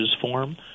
form